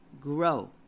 grow